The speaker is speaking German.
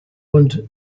und